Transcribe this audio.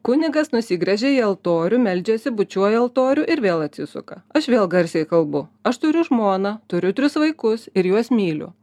kunigas nusigręžia į altorių meldžiasi bučiuoja altorių ir vėl atsisuka aš vėl garsiai kalbu aš turiu žmoną turiu tris vaikus ir juos myliu